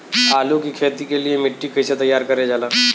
आलू की खेती के लिए मिट्टी कैसे तैयार करें जाला?